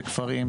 בכפרים,